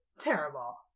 Terrible